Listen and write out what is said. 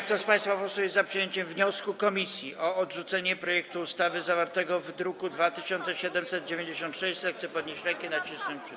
Kto z państwa posłów jest za przyjęciem wniosku komisji o odrzucenie projektu ustawy zawartego w druku nr 2796, proszę podnieść rękę i nacisnąć przycisk.